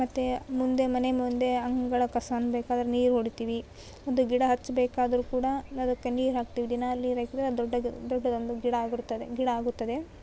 ಮತ್ತೆ ಮುಂದೆ ಮನೆ ಮುಂದೆ ಅಂಗಳ ಕಸ ಅನ್ನಬೇಕಾದ್ರೆ ನೀರು ಹೊಡಿತೀವಿ ಅದು ಗಿಡ ಹಚ್ಚಬೇಕಾದ್ರು ಕೂಡ ಅದಕ್ಕೆ ನೀರು ಹಾಕ್ತೀವಿ ದಿನಾ ಅಲ್ಲಿ ನೀರು ಹಾಕಿದರೆ ಅದು ದೊಡ್ಡ ಗ್ ದೊಡ್ಡದೊಂದು ಗಿಡ ಆಗಿರ್ತದೆ ಗಿಡ ಆಗುತ್ತದೆ